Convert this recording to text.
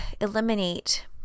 eliminate